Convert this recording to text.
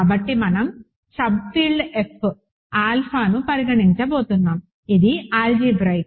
కాబట్టి మనం sub field F ఆల్ఫాను పరిగణించబోతున్నాము ఇది ఆల్జీబ్రాయిక్